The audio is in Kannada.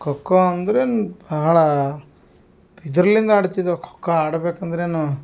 ಖೋಖೋ ಅಂದ್ರೇನು ಬಹಳ ಇದ್ರಲಿಂದ ಆಡ್ತಿದೆವ್ ಖೋಖೋ ಆಡ್ಬೇಕು ಅಂದರೇನು